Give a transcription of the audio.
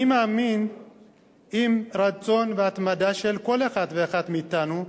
אני מאמין שעם רצון והתמדה של כל אחד ואחד מאתנו,